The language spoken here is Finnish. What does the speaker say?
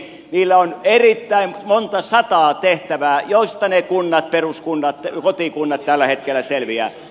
niillä on monta sataa tehtävää joista ne kunnat peruskunnat kotikunnat tällä hetkellä selviävät